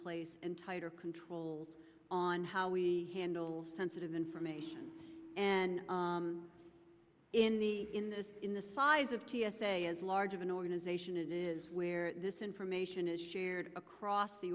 place and tighter controls on how we handle sensitive information and in the in the in the size of t s a as large of an organization it is where this information is shared across the